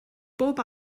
bob